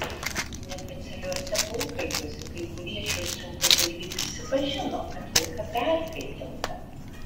neoficialiuose pokalbiuose kai kurie šios rinkos dalyviai prisipažino kad rinka perkaitinta